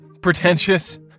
pretentious